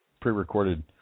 pre-recorded